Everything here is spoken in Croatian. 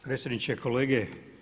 Predsjedniče, kolege.